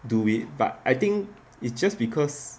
do it but I think it's just because